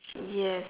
yes